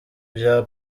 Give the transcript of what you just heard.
vya